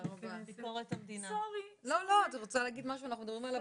רוצה שיצא מזה איזה שהוא חשש שאנחנו פוגעים באפשרויות שנתונות